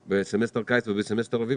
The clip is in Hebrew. במבחנים בסמסטר קיץ ואביב,